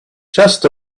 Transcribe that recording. just